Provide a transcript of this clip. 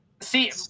see